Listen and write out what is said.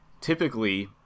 Typically